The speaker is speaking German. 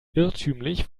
irrtümlich